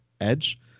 edge